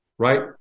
Right